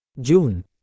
June